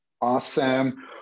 Awesome